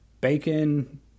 Bacon